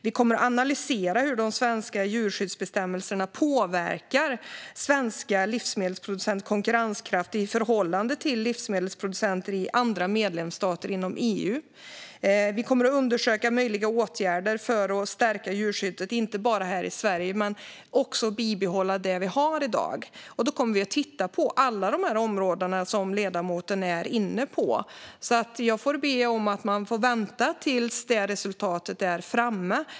Vi kommer att analysera hur de svenska djurskyddsbestämmelserna påverkar svenska livsmedelsproducenters konkurrenskraft i förhållande till livsmedelsproducenter i andra medlemsstater inom EU. Vi kommer att undersöka möjliga åtgärder för att stärka djurskyddet, inte bara här i Sverige, men också bibehålla det vi har i dag. Då kommer vi att titta på alla de områden som ledamoten är inne på, så jag får be om att man väntar tills det resultatet är framme.